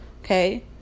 Okay